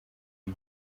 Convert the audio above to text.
uyu